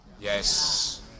Yes